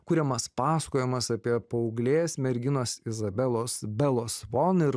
kuriamas pasakojimas apie paauglės merginos izabelės belos von ir